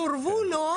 סורבו לא,